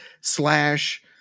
slash